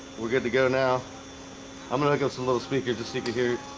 we're good to go now i'm gonna go some little speaker to sneak it here